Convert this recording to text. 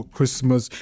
Christmas